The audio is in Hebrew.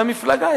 והמפלגה,